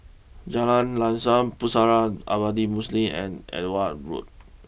Jalan Lam Sam Pusara Abadi Muslim and Edgware Road